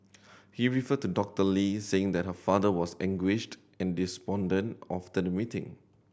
he referred to Doctor Lee saying that her father was anguished and despondent after the waiting